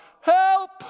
help